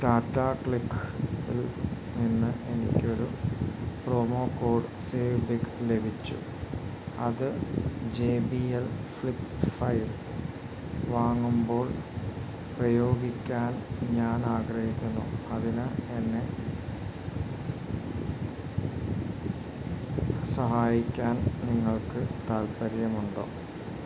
റ്റാറ്റാ ക്ലിക്കിൽ നിന്ന് എനിക്ക് ഒരു പ്രോമോ കോഡ് സേവ് ലിങ്ക് ലഭിച്ചു അത് ജെ ബി എൽ ഫ്ലിപ്പ് ഫയൽ വാങ്ങുമ്പോൾ പ്രേയോഗിക്കാൻ ഞാൻ ആഗ്രഹിക്കുന്നു അതിന് എന്നെ സഹായിക്കാൻ നിങ്ങൾക്ക് താൽപ്പര്യമുണ്ടോ